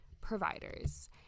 providers